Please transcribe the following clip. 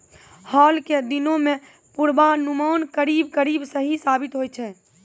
हाल के दिनों मॅ पुर्वानुमान करीब करीब सही साबित होय छै